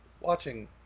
watching